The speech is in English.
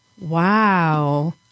Wow